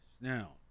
Now